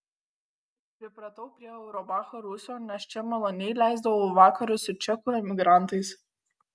pripratau prie auerbacho rūsio nes čia maloniai leisdavau vakarus su čekų emigrantais